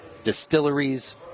distilleries